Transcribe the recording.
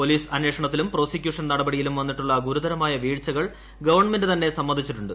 police അന്വേഷണത്തിലും prosecution നടപടിയിലും വന്നിട്ടുള്ള ഗുരുതരമായ വീഴ്ചകൾ ഗവൺമെന്റ് തന്നെ സമ്മതിച്ചിട്ടുണ്ട്